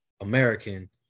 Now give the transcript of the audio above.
American